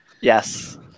Yes